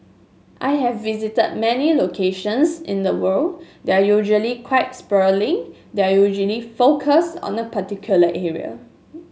I have visited many locations in the world they're usually quite sprawling they're usually focused on a particular area